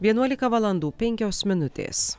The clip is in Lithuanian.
vienuolika valandų penkios minutės